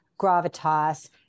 gravitas